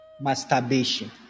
masturbation